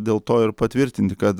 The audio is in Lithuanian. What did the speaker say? dėl to ir patvirtinti kad